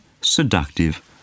seductive